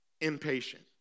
impatient